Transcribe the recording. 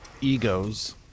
egos